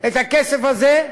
את הכסף הזה.